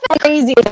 crazy